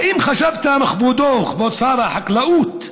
האם חשבת פעם, כבודו כבוד שר החקלאות,